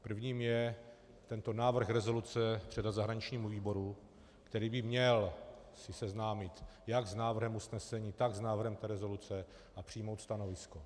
Prvním je tento návrh rezoluce předat zahraničnímu výboru, který by se měl seznámit jak s návrhem usnesení, tak s návrhem rezoluce a přijmout stanovisko.